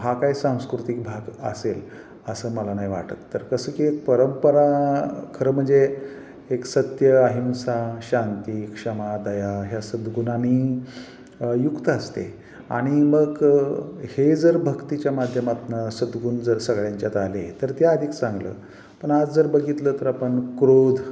हा काय सांस्कृतिक भाग असेल असं मला नाही वाटत तर कसं की परंपरा खरं म्हणजे एक सत्य अहिंसा शांती क्षमा दया ह्या सद्गुणानी युक्त असते आणि मग हे जर भक्तीच्या माध्यमातनं सद्गुण जर सगळ्यांच्यात आले तर ते अधिक चांगलं पण आज जर बघितलं तर आपण क्रोध